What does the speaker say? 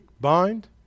bind